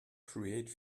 create